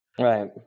Right